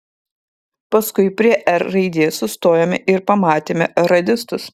paskui prie r raidės sustojome ir pamatėme radistus